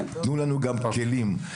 תנו לנו גם כלים,